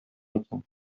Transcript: икән